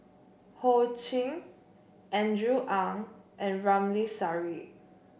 Ho Ching Andrew Ang and Ramli Sarip